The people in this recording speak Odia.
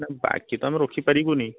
ନା ବାକି ତ ଆମେ ରଖିପାରିବୁନି